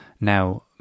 now